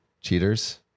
Cheaters